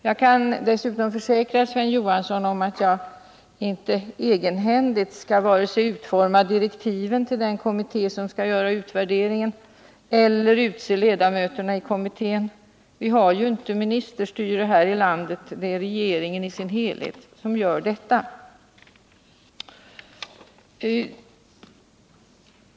Jag kan dessutom försäkra Sven Johansson att jag inte egenhändigt skall vare sig utforma direktiven till den kommitté som skall göra utvärderingen eller utse ledamöterna i den kommittén. Vi har inte ministerstyre här i landet — de" är regeringen i sin helhet som gör detta.